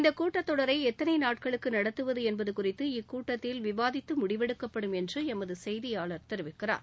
இந்த கூட்டத்தொடரை எத்தனை நாட்களுக்கு நடத்துவது என்பது குறித்து இக்கூட்டத்தில் விவாதித்து முடிவெடுக்கப்படும் என்று எமது செய்தியாளர் தெரிவிக்கிறார்